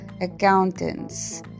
accountants